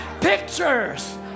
pictures